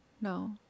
No